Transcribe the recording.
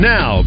Now